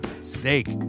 Steak